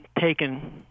taken